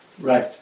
right